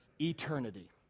Eternity